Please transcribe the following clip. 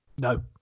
no